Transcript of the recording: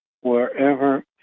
wherever